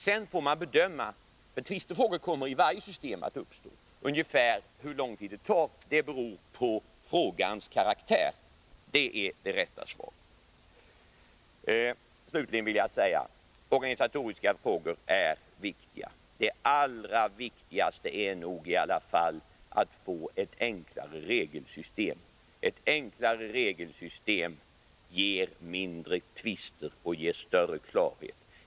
Sedan får man bedöma. Tvistefrågor kommer att uppstå i varje system. Hur lång tid det tar, beror på frågans karaktär — det är det rätta svaret. Slutligen vill jag säga att organisatoriska frågor är viktiga. Det allra viktigaste är nog att få ett enklare regelsystem — det ger färre tvister och större klarhet.